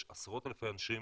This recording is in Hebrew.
יש עשרות אלפי אנשים,